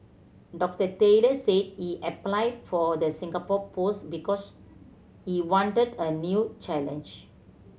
Doctor Taylor said he applied for the Singapore post because he wanted a new challenge